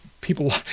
People –